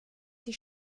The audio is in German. die